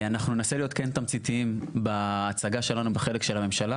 אנחנו ננסה להיות תמציתיים בהצגה שלנו בחלק של הממשלה